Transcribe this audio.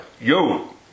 yo